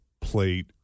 plate